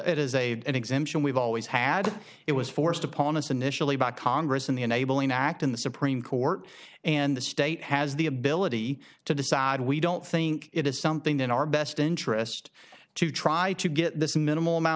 is a an exemption we've always had it was forced upon us initially by congress and the enabling act in the supreme court and the state has the ability to decide we don't think it is something in our best interest to try to get this minimal amount